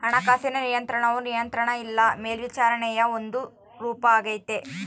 ಹಣಕಾಸಿನ ನಿಯಂತ್ರಣವು ನಿಯಂತ್ರಣ ಇಲ್ಲ ಮೇಲ್ವಿಚಾರಣೆಯ ಒಂದು ರೂಪಾಗೆತೆ